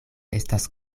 estas